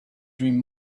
dream